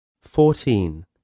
fourteen